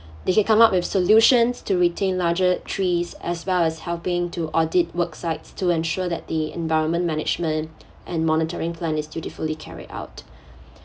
they can come up with solutions to retain larger trees as well as helping to audit worksites to ensure that the environment management and monitoring plan is dutifully carried out